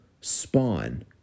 Spawn